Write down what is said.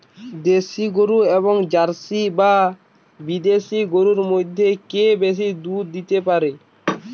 দেশী গরু এবং জার্সি বা বিদেশি গরু মধ্যে কে বেশি দুধ দিতে পারে?